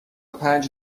پنج